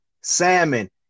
salmon